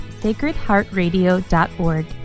sacredheartradio.org